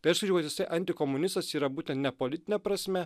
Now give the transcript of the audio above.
tai aš sakyčiau kad jisai antikomunistas yra būtent ne politine prasme